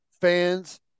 fans